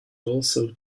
also